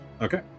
Okay